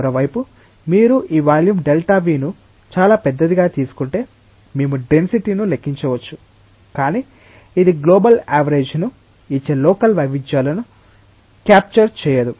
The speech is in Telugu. మరోవైపు మీరు ఈ వాల్యూమ్ Δv ను చాలా పెద్దదిగా తీసుకుంటే మేము డెన్సిటీను లెక్కించవచ్చు కాని ఇది గ్లోబల్ యావరేజ్ ను ఇచ్చే లోకల్ వైవిధ్యాలను క్యప్చర్ చేయదు